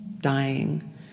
dying